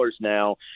now